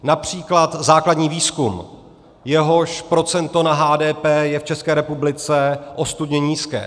Například základní výzkum, jehož procento na HDP je v České republice ostudně nízké.